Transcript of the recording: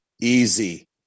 easy